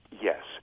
Yes